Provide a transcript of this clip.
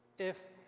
if